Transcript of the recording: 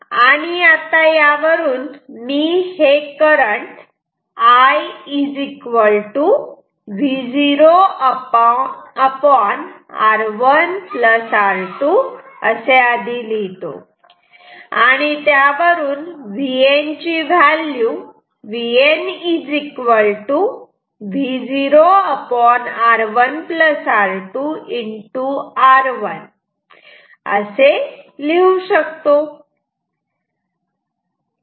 आणि आता यावरून मी हे करंट I V0R1R2 असे आधी लिहितो आणि त्यावरून Vn ची व्हॅल्यू VN V0R1R2 R1 असे लिहू शकतो